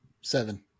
Seven